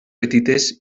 petites